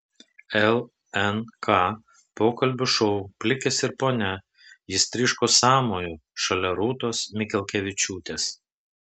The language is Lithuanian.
lnk pokalbių šou plikis ir ponia jis tryško sąmoju šalia rūtos mikelkevičiūtės